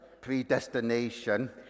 predestination